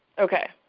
okay.